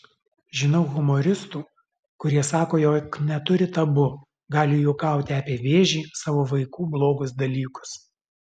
žinau humoristų kurie sako jog neturi tabu gali juokauti apie vėžį savo vaikų blogus dalykus